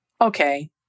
okay